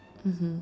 mmhmm